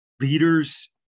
leaders